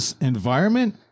environment